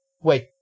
Wait